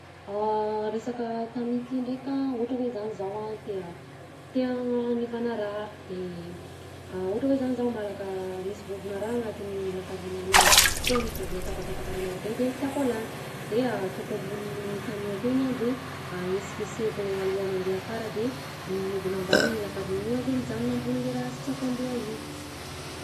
Resaka tamis ty ndraika ohatra hoe zany zaho a te ha- te hagnanivana raha de ohatra hoe zany zaho malaka misy vovonà raha agnatin'ny lafarinina anahy ohatra hoe misy vovonà tapatapaka raha marobe de tiako alàna, de ataoko ambonin'ny tamis akeo igny a de ahesikesehako aloha mandeha afara de m- midina ambany lafarinina io a de mijanona ambony le raha sy tiako handeha igny.